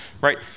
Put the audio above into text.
right